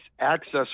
Access